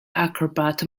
acrobat